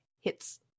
hits